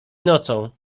nocą